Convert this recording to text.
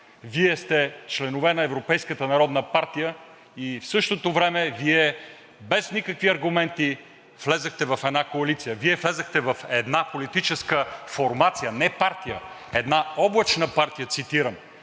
Вие сте членове на Европейската народна партия и в същото време без никакви аргументи влязохте в една коалиция. Вие влязохте в една политическа формация, не партия, една „облачна партия“, цитирам,